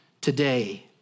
today